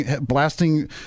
blasting